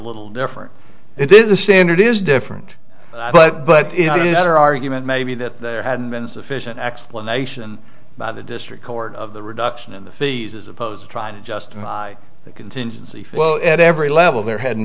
little different if this is the standard is different but but her argument may be that there had been sufficient explanation by the district court of the reduction in the fees as opposed to trying to justify the contingency well at every level there hadn't